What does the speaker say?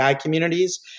communities